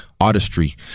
artistry